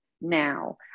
now